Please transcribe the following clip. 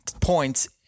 points